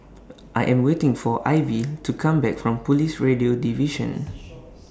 I Am waiting For Ivy to Come Back from Police Radio Division